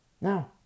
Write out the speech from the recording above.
Now